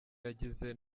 yagize